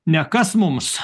ne kas mums